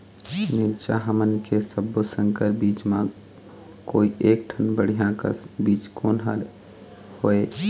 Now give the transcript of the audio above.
मिरचा हमन के सब्बो संकर बीज म कोई एक ठन बढ़िया कस बीज कोन हर होए?